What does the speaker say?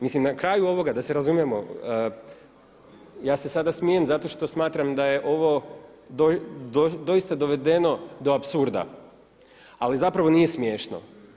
Mislim, na kraju ovoga da se razumijemo, ja se sada smijem zato što smatram da je ovo doista dovedeno do apsurda, ali zapravo nije smiješno.